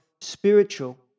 spiritual